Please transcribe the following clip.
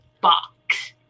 box